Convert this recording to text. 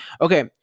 okay